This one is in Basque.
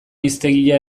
hiztegia